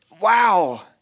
Wow